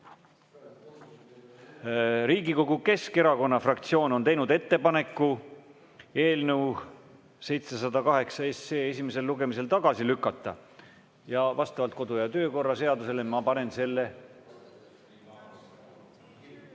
Riigikogu Keskerakonna fraktsioon on teinud ettepaneku eelnõu 708 esimesel lugemisel tagasi lükata ja vastavalt kodu‑ ja töökorra seadusele ma panen selle